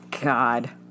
God